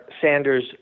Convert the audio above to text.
Sanders